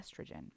estrogen